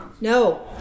no